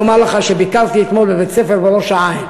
אני רוצה לומר לך שביקרתי אתמול בבית-ספר בראש-העין,